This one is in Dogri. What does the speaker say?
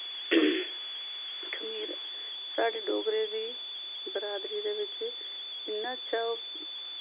खमीरे साढ़े डोगरें दी बरादरी दे बिच्च इन्ना अच्छा ओह्